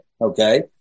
okay